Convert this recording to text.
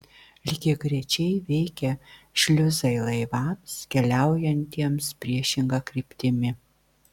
lygiagrečiai veikia šliuzai laivams keliaujantiems priešinga kryptimi